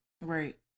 Right